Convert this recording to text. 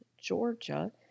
Georgia